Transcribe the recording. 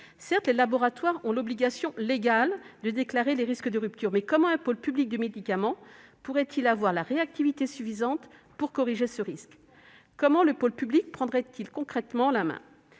Certes, les laboratoires ont l'obligation légale de déclarer les risques de rupture, mais comment un pôle public du médicament pourrait-il avoir la réactivité suffisante pour corriger ces risques ? Comment prendrait-il concrètement la main ?